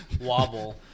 Wobble